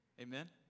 Amen